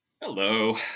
Hello